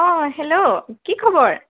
অঁ হেল্ল' কি খবৰ